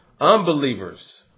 Unbelievers